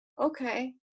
okay